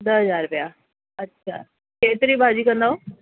ॾह हज़ार रुपिया अच्छा केतिरी भाॼी कंदव